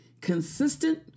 Consistent